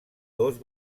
dos